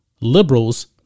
liberals